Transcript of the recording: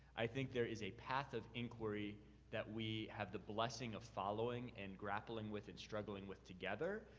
i think there is a path of inquiry that we have the blessing of following and grappling with and struggling with together.